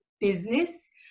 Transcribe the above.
business